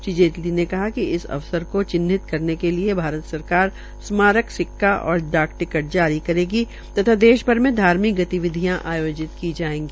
श्री जेटली ने कहा कि इस अवसर को चिन्हिंत करने के लिए भारत सरकार स्मारक सिक्का और डाक टिकट जारी करेगी तथा देश भी मे धार्मिक गतिविधियां आयोजित की जायेगी